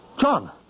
John